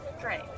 Great